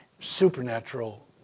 supernatural